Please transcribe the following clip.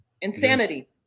Insanity